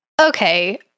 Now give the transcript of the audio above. okay